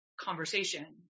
conversation